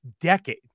decade